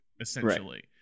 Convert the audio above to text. essentially